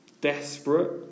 desperate